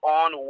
on